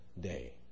day